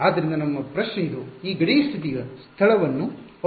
ಆದ್ದರಿಂದ ನಿಮ್ಮ ಪ್ರಶ್ನೆ ಇದು ಈ ಗಡಿ ಸ್ಥಿತಿಯ ಸ್ಥಳವನ್ನು ಅವಲಂಬಿಸಿರುತ್ತದೆಯೇ